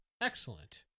Excellent